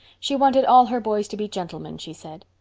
she wanted all her boys to be gentlemen, she said.